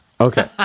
Okay